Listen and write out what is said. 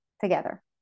together